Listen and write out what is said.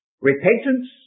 Repentance